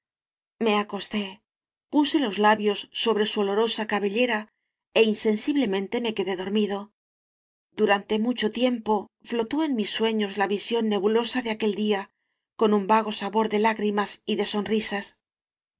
me acosté puse los labios sobre su olorosa cabellera é insensiblemente me quedé dor mido durante mucho tiempo flotó en mis sueños la visión nebulosa de aquel día con un vago sabor de lágrimas y de sonrisas